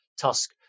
Tusk